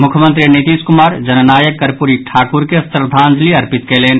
मुख्यमंत्री नीतीश कुमार जननायक कर्पूरी ठाकुर के श्रद्धांजलि अर्पित कयलनि